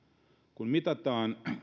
kun mitataan